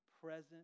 present